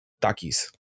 takis